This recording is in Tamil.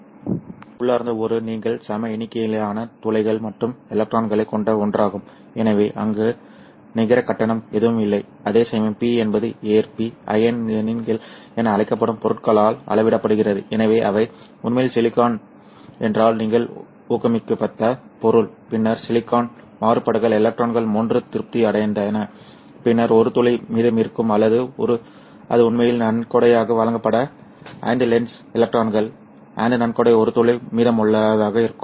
எனவே உள்ளார்ந்த ஒன்று நீங்கள் சம எண்ணிக்கையிலான துளைகள் மற்றும் எலக்ட்ரான்களைக் கொண்ட ஒன்றாகும் எனவே அங்கு நிகர கட்டணம் ஏதும் இல்லை அதேசமயம் P என்பது ஏற்பி அயனிகள் என அழைக்கப்படும் பொருட்களால் அளவிடப்படுகிறது எனவே அவை உண்மையில் சிலிக்கான் என்றால் நீங்கள் ஊக்கமளித்த பொருள் பின்னர் சிலிக்கான் மாறுபாடுகள் எலக்ட்ரான்கள் மூன்று திருப்தி அடைந்தன பின்னர் ஒரு துளை மீதமிருக்கும் அல்லது அது உண்மையில் நன்கொடையாக வழங்கப்பட்ட ஐந்து வேலன்ஸ் எலக்ட்ரான்கள் ஐந்து நன்கொடை ஒரு துளை மீதமுள்ளதாக இருக்கும்